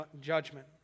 judgment